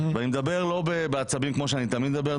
ואני מדבר לא בעצבים, כמו שאני תמיד מדבר.